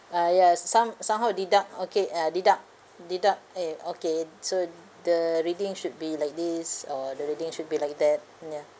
ah ya some~ somehow deduct okay uh deduct deduct eh okay it so the reading should be like this or the reading should be like that ya